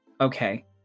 Okay